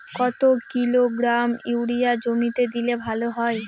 কত kilogram urea জমিতে দিলে ভালো হয়?